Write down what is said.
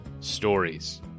stories